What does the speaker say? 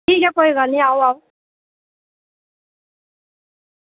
ठीक ऐ कोई गल्ल निं आओ आओ